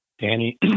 danny